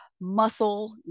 muscle